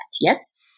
yes